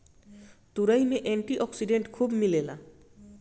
तुरई में anti oxidant खूब मिलेला